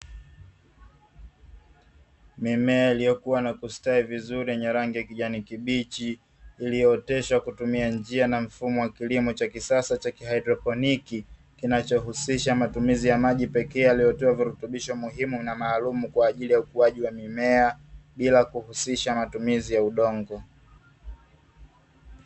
Mimea iliyokuwa na kustawi vizuri yenye rangi ya kijani kibichi, iliyooteshwa kwa kutumia njia na mfumo wa kilimo cha kisasa cha kihaidroponiki kinachohusisha matumizi ya maji pekee yaliyotia virutubisho muhimu na maalumu kwa ajili ya ukuaji wa mimea, bila kuhusisha matumizi ya udongo.